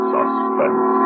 Suspense